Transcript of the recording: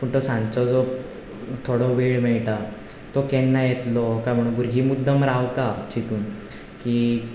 पूण तो सांजचो जो थोडो वेळ मेळटा तो केन्ना येतलो काय म्हणून भुरगीं मुद्दम रावता चितून की